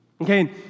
Okay